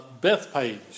Bethpage